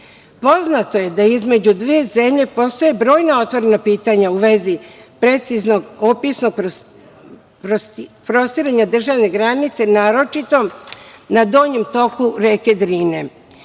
Poznato je da između dve zemlje postoje brojna otvorena pitanja u vezi preciznog opisnog prostiranja državne granice, naročito na donjem toku reke Drine